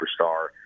superstar